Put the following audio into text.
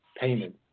payment